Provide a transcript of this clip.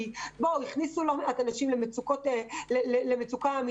שהכניסה לא מעט אנשים למצוקה אמיתית.